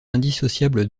indissociable